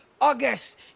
August